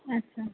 আচ্ছা